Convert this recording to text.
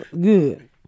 Good